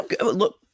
Look